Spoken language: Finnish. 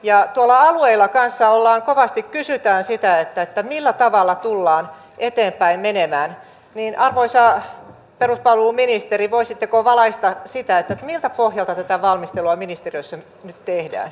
ja kun alueilla kanssa kovasti kysytään sitä millä tavalla tullaan eteenpäin menemään niin arvoisa peruspalveluministeri voisitteko valaista sitä miltä pohjalta tätä valmistelua ministeriössä nyt tehdään